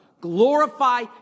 glorify